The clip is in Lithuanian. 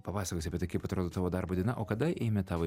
papasakosi apie tai kaip atrodo tavo darbo diena o kada ėmė tau